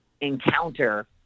encounter